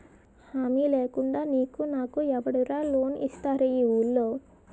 హామీ లేకుండా నీకు నాకు ఎవడురా లోన్ ఇస్తారు ఈ వూళ్ళో?